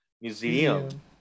museum